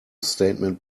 statement